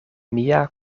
mia